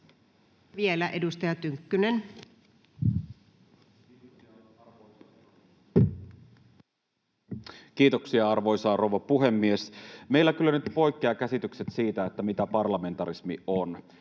Vielä edustaja Tynkkynen. Kiitoksia, arvoisa rouva puhemies! Meillä kyllä nyt poikkeavat käsitykset siitä, mitä parlamentarismi on.